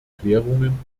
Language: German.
erklärungen